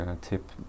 tip